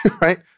right